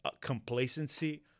complacency